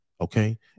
Okay